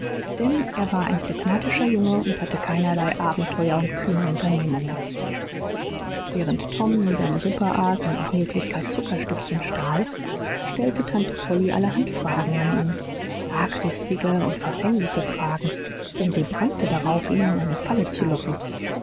denn er war ein phlegmatischer junge und hatte keinerlei abenteuer und kühne unternehmungen während tom nun seine suppe aß und nach möglichkeit zuckerstückchen stahl stellte tante polly allerhand fragen an ihn arglistige und verfängliche fragen denn sie brannte darauf ihn in eine falle zu locken